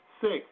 Six